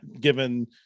given